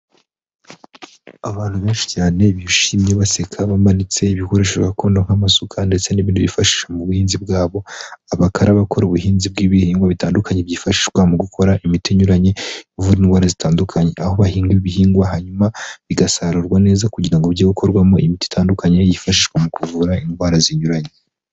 Abantu benshi cyane bishimye baseka, bamanitse ibikoresho gakondo nk'amasuka ndetse n'ibindi bifashisha mu buhinzi bwabo, aba akaba ari abakora ubuhinzi bw'ibihingwa bitandukanye byifashishwa mu gukora imiti inyuranye, ivura indwara zitandukanye. Aho bahinga ibihingwa hanyuma bigasarurwa neza kugira ngo bijye gukorwamo imiti itandukanye, yifashishwa mu kuvura indwara zinyuranye.